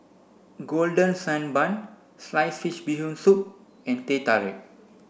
golden sand bun sliced fish bee hoon soup and Teh Tarik